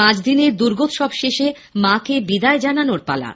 পাঁচদিনের দুর্গোৎসব শেষে মা কে বিদায় জানানোর পালা